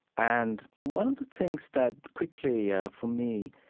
and one of the things that quickly, ah for me,